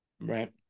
Right